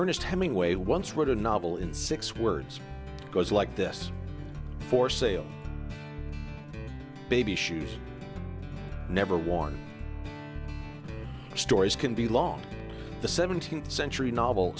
ernest hemingway once wrote a novel in six words goes like this for sale baby shoes never worn stories can be long the seventeenth century novel